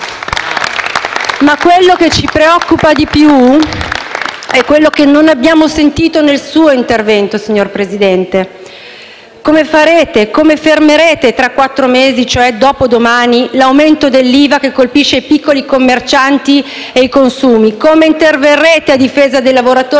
quello che ci preoccupa di più è quello che non abbiamo sentito nel suo intervento, signor Presidente del Consiglio. Come fermerete tra quattro mesi, cioè dopodomani, l'aumento dell'IVA che colpisce i piccoli commercianti e i consumi? Come interverrete a difesa dei lavoratori dell'ILVA e